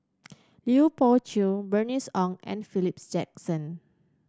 Lui Pao Chuen Bernice Ong and Philip Jackson